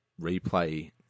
replay